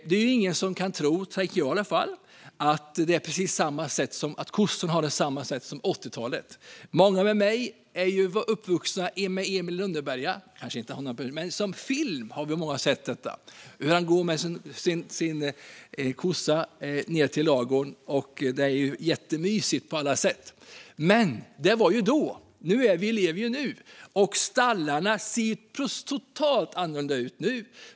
Det är ingen som kan tro - tänker jag i alla fall - att kossorna har det på precis samma sätt som på 80-talet. Många med mig har växt upp med Emil i Lönneberga. Många har i alla fall sett på film hur Emil går med sin kossa ned till ladugården. Det är jättemysigt på alla sätt. Men det var då, men vi lever nu. Och stallarna ser helt annorlunda ut nu.